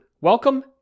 Welcome